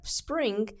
spring